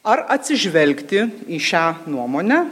ar atsižvelgti į šią nuomonę